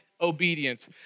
obedience